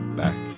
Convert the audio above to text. back